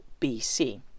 BC